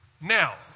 Now